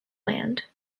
land